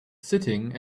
sitting